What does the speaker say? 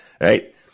right